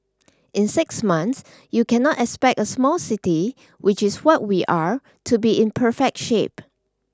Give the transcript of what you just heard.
in six months you cannot expect a small city which is what we are to be in perfect shape